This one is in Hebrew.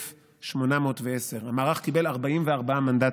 906,810, המערך קיבל 44 מנדטים,